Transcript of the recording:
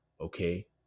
Okay